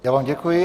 Já vám děkuji.